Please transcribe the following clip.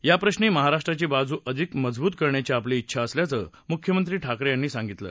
याप्रश्री महाराष्ट्राची बाजू अधिक मजबूत करण्याची आपली डिछा असल्याचं मुख्यमंत्री ठाकरे यांनी सांगितलं